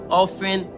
often